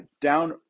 down